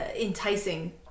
enticing